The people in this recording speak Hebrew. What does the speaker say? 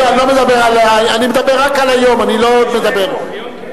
אני מדבר רק על היום, אני לא מדבר, היום, כן.